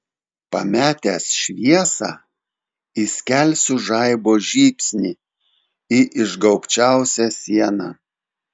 pametęs šviesą įskelsiu žaibo žybsnį į išgaubčiausią sieną